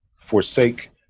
forsake